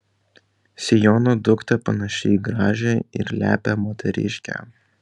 siono duktė panaši į gražią ir lepią moteriškę